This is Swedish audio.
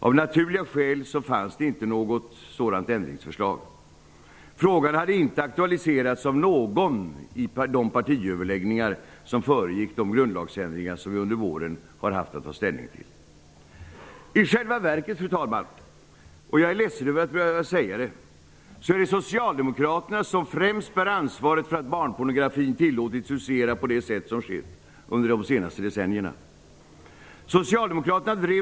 Av naturliga skäl fanns det inte något sådant ändringsförslag. Frågan hade inte aktualiserats av någon i de partiöverläggningar som föregick de grundlagsändringar som vi under våren har haft att ta ställning till. I själva verket, fru talman -- och jag är ledsen över att behöva säga det -- är det främst socialdemokraterna som bär ansvaret för att barnpornografin tillåtits husera på det sätt som skett under de senaste decennierna.